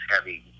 heavy